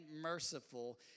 merciful